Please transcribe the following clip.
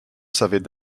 savait